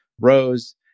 rows